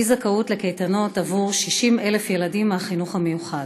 אי-זכאות לקייטנות של 60,000 ילדים מהחינוך המיוחד.